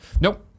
nope